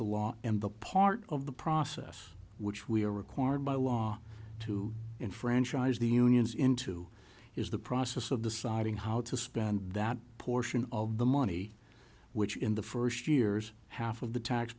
the law and the part of the process which we are required by law to enfranchise the unions into is the process of deciding how to spend that portion of the money which in the first years half of the tax